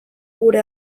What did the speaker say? gure